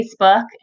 Facebook